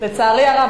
לצערי הרב,